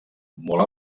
molt